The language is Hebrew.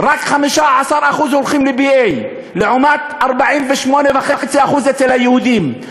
רק 15% הולכים ל-BA, לעומת 48.5% אצל היהודים.